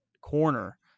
corner